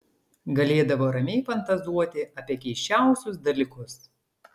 galėdavo ramiai fantazuoti apie keisčiausius dalykus